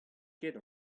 ket